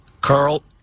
Carl